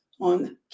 on